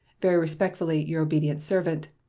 very respectfully, your obedient servant,